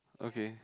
okay